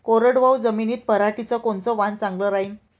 कोरडवाहू जमीनीत पऱ्हाटीचं कोनतं वान चांगलं रायीन?